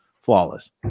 flawless